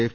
F